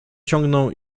ciągnął